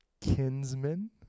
Kinsman